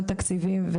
תקציבים,